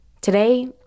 Today